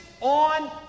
on